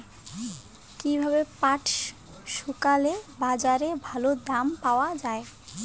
কীভাবে পাট শুকোলে বাজারে ভালো দাম পাওয়া য়ায়?